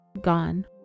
gone